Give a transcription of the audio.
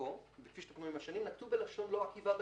במקור וכפי שתוקנו עם השנים נקטו בלשון לא עקיבה בעניין.